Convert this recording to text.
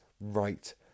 Right